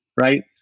Right